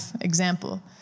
example